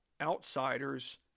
outsiders